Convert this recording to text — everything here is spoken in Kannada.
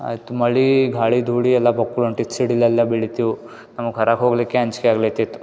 ಆಯ್ತು ಮಳೆ ಗಾಳಿ ಧೂಳು ಎಲ್ಲ ಬಕ್ಲ್ ಹೊಂಟಿತ್ತು ಸಿಡಿಲೆಲ್ಲ ಬಿಳತಿವ್ ನಮ್ಗೆ ಹೊರ ಹೋಗಲಿಕ್ಕೆ ಅಂಜಿಕೆ ಆಗ್ಲತಿತ್ತು